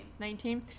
19